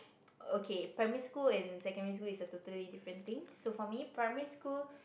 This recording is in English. okay primary school and secondary school is a totally different thing so for me primary school